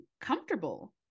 comfortable